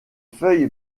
feuilles